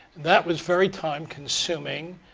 that was very time consuming,